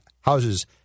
houses